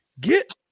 get